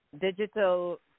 digital